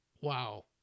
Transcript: wow